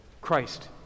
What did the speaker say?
Christ